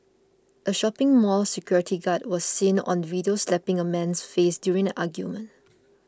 a shopping mall security guard was seen on video slapping a man's face during an argument